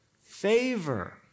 Favor